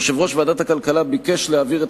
יושב-ראש ועדת הכלכלה ביקש להעביר את